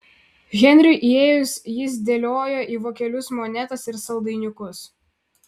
henriui įėjus jis dėliojo į vokelius monetas ir saldainiukus